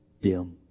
dim